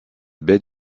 baie